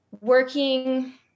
working